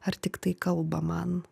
ar tiktai kalba man